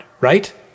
right